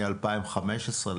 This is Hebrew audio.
מ-2014,